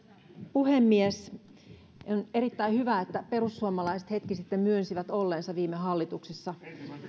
puhemies on erittäin hyvä että perussuomalaiset hetki sitten myönsivät olleensa viime hallituksessa